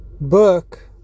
book